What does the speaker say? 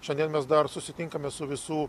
šiandien mes dar susitinkame su visų